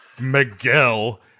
Miguel